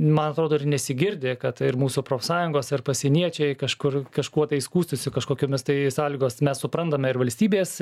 man atrodo ir nesigirdi kad ir mūsų profsąjungos ar pasieniečiai kažkur kažkuo tai skųstųsi kažkokiomis tai sąlygos mes suprantame ir valstybės